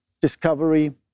Discovery